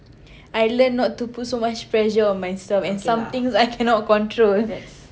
I learned not to put so much pressure on myself and some things I cannot control